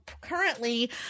currently